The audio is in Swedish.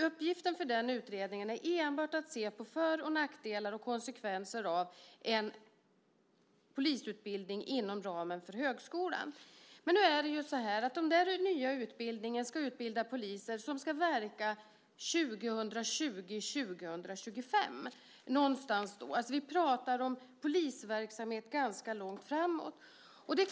Uppgiften för den utredningen är enbart att se på för och nackdelar och konsekvenser av en polisutbildning inom ramen för högskolan. Men om den nya utbildningen ska utbilda poliser som ska verka 2020-2025 så pratar vi om polisverksamhet ganska långt fram i tiden.